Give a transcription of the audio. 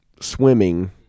swimming